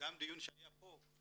גם בדיון שהיה פה,